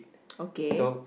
okay